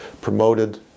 promoted